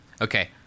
Okay